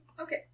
Okay